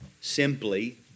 simply